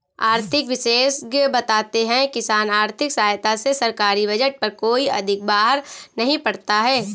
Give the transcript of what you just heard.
आर्थिक विशेषज्ञ बताते हैं किसान आर्थिक सहायता से सरकारी बजट पर कोई अधिक बाहर नहीं पड़ता है